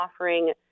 offering